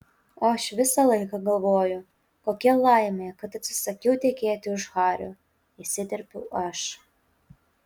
o aš visą laiką galvoju kokia laimė kad atsisakiau tekėti už hario įsiterpiau aš